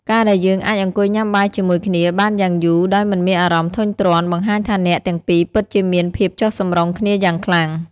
ការដែលយើងអាចអង្គុយញ៉ាំបាយជាមួយគ្នាបានយ៉ាងយូរដោយមិនមានអារម្មណ៍ធុញទ្រាន់ បង្ហាញថាអ្នកទាំងពីរពិតជាមានភាពចុះសម្រុងគ្នាយ៉ាងខ្លាំង។